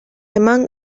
among